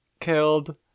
killed